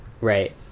right